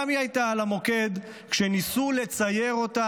גם היא הייתה על המוקד כשניסו לצייר אותה